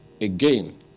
again